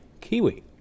kiwi